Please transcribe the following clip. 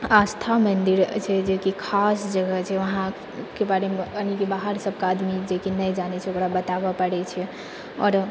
आस्था मन्दिर जे छै कि खास जगह छै उहाँके बारेमे यानि बाहर सभ आदमी जे सभ नहि जानै छै तऽ बताबऽ पड़ै छै आओर